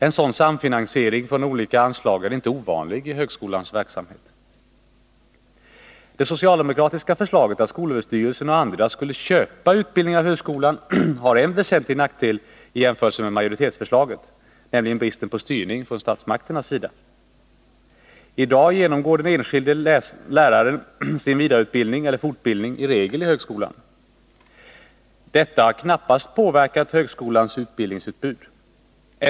En sådan samfinansiering från olika anslag är inte ovanlig i högskolans verksamhet. Det socialdemokratiska förslaget att skolöverstyrelsen-och andra skulle ”köpa” utbildning av högskolan har en väsentlig nackdel i jämförelse med majoritetsförslaget, nämligen bristen på styrning från statsmakternas sida. I dag genomgår i regel den enskilde läraren sin vidareutbildning eller fortbildning i högskolan. Detta har knappast påverkat högskolans utbildningsutbud.